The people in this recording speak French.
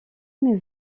mais